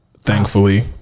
Thankfully